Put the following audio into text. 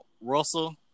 Russell